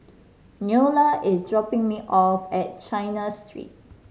Neola is dropping me off at China Street